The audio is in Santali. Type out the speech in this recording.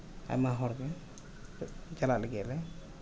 ᱟᱭᱢᱟ ᱦᱚᱲ ᱜᱮ ᱪᱟᱞᱟᱜ ᱞᱟᱹᱜᱤᱫ ᱟᱞᱮ